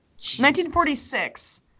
1946